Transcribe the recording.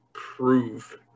prove